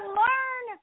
learn